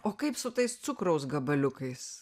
o kaip su tais cukraus gabaliukais